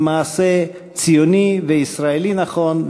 היא מעשה ציוני וישראלי נכון.